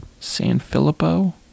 Sanfilippo